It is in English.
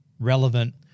relevant